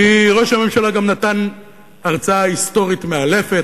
כי ראש הממשלה גם נתן הרצאה היסטורית מאלפת.